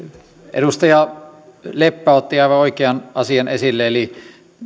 edustaja leppä otti aivan oikean asian esille eli